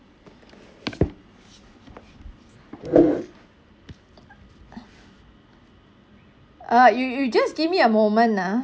uh you you just give me a moment ah